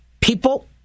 people